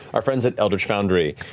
our friends at eldritch foundry.